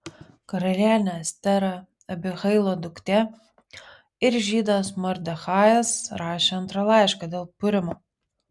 karalienė estera abihailo duktė ir žydas mordechajas rašė antrą laišką dėl purimo